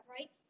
Right